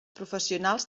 professionals